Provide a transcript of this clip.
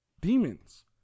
demons